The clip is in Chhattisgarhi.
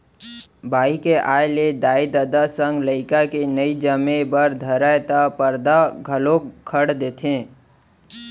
बाई के आय ले दाई ददा संग लइका के नइ जमे बर धरय त परदा घलौक खंड़ देथे